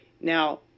Now